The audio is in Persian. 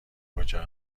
کجا